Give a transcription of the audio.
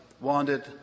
wanted